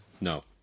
No